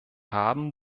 haben